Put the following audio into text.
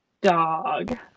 dog